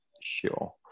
Sure